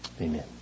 Amen